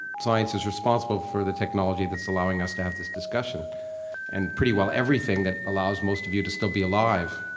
science is responsible for the technology that's allowing us to have this discussion and pretty well everything that allows most of you to still be alive,